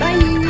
Bye